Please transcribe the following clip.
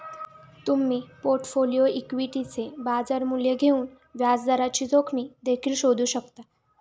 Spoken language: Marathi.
तुम्ही पोर्टफोलिओ इक्विटीचे बाजार मूल्य घेऊन व्याजदराची जोखीम देखील शोधू शकता